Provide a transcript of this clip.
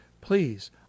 please